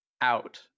out